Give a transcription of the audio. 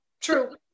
True